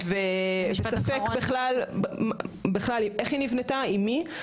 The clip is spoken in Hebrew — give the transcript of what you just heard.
וספק בכלל איך היא נבנתה עם מי,